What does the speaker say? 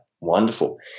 wonderful